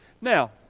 Now